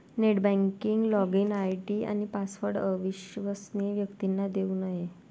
net banking login ID आणि password अविश्वसनीय व्यक्तींना देऊ नये